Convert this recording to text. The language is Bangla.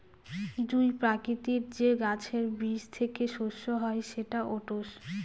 জুঁই প্রকৃতির যে গাছের বীজ থেকে শস্য হয় সেটা ওটস